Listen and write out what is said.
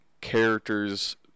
characters